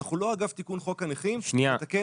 לא אגב תיקון חוק הנכים נתקן